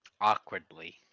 Awkwardly